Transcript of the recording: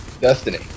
Destiny